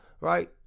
Right